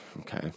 Okay